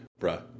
bruh